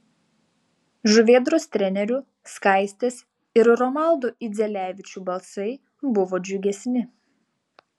žuvėdros trenerių skaistės ir romaldo idzelevičių balsai buvo džiugesni